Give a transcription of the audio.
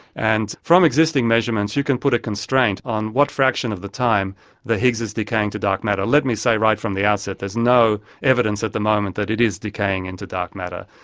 and from existing measurements you can put a constraint on what fraction of the time the higgs is decaying to dark matter. let me say right from the outset, there is no evidence at the moment that it is decaying into dark matter.